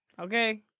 Okay